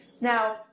Now